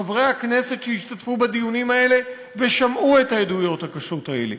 חברי הכנסת שהשתתפו בדיונים האלה ושמעו את העדויות הקשות האלה.